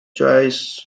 joyce